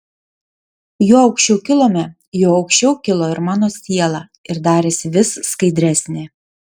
juo aukščiau kilome juo aukščiau kilo ir mano siela ir darėsi vis skaidresnė